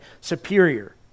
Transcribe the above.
superior